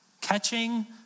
catching